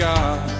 God